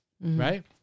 right